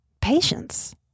Patience